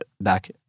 back